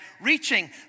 reaching